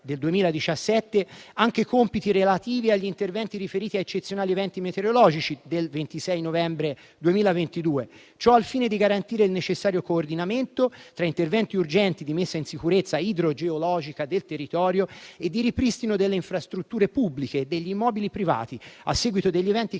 nel 2017 anche i compiti relativi agli interventi riferiti agli eccezionali eventi meteorologici del 26 novembre 2022, al fine di garantire il necessario coordinamento tra gli interventi urgenti di messa in sicurezza idrogeologica del territorio e il ripristino delle infrastrutture pubbliche e degli immobili privati a seguito degli eventi